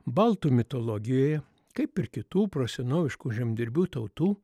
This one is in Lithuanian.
baltų mitologijoje kaip ir kitų prosenoviškų žemdirbių tautų